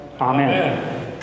Amen